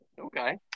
Okay